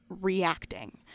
reacting